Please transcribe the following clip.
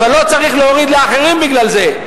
אבל לא צריך להוריד לאחרים בגלל זה.